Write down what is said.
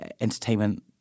entertainment